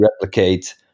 replicate